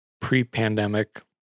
pre-pandemic